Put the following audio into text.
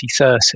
2030